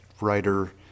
writer